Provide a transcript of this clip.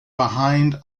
behind